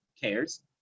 cares